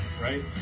right